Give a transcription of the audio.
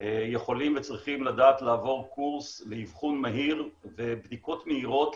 יכולים וצריכים לדעת לעבור קורס לאבחון מהיר ובדיקות מהירות.